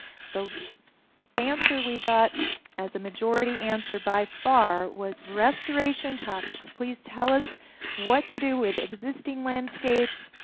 the answer we got as a majority answer by far was restoration topics. please tell us what to do with existing landscapes,